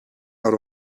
out